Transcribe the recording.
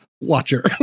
watcher